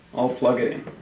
i'll plug it in.